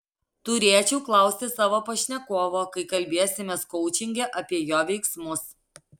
turėčiau klausti savo pašnekovo kai kalbėsimės koučinge apie jo veiksmus